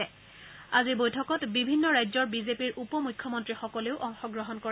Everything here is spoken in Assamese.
আজি দিনযোৰা বৈঠকত বিভিন্ন ৰাজ্যৰ বিজেপিৰ উপ মুখ্যমন্ত্ৰীসকলেও অংশ গ্ৰহণ কৰে